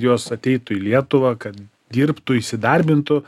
jos ateitų į lietuvą kad dirbtų įsidarbintų